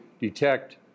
detect